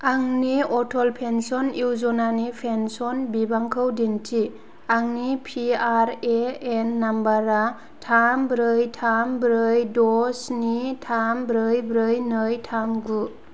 आंनि अटल पेन्सन यजना नि पेन्सन बिबांखौ दिन्थि आंनि पि आर ए एन नाम्बारा थाम ब्रै थाम ब्रै द स्नि थाम ब्रै ब्रै नै थाम गु